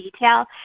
detail